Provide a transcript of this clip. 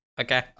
Okay